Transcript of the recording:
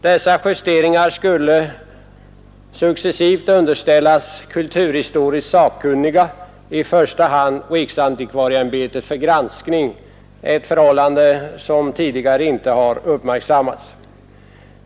Dessa justeringar skulle successivt underställas kulturhistoriskt sakkunniga, i första hand riksantikvarieämbetet, för granskning — ett förhållande som tidigare inte har uppmärksammats.